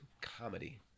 comedy